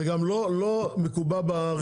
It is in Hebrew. זה גם לא מקובע ברצפה.